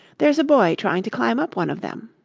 there's a boy trying to climb up one of them.